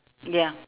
ya